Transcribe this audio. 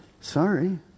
sorry